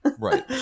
Right